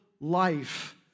life